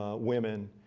women.